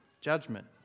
judgment